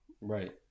Right